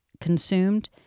consumed